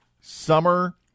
Summer